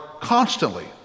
constantly